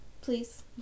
Please